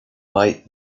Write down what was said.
bite